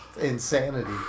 insanity